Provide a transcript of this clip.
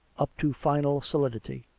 up to final solidity.